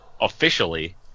officially